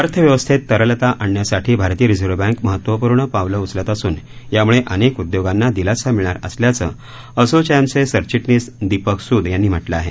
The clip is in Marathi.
अर्थव्यवस्थेत तरलता आणण्यासाठी भारतीय रिझर्व्ह बँक महत्वपूर्ण पावलं उचलत असून यामुळे अनेक उद्योगांना दिलासा मिळणार असल्याचं असोचॅमचे सरचिटणीस दीपक सूद यांनी म्हटलं आहे